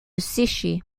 sécher